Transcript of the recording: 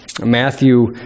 Matthew